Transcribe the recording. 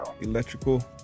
electrical